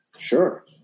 Sure